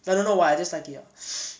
but I don't know why I just like it ah